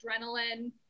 adrenaline